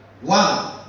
One